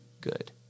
good